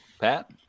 Pat